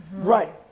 Right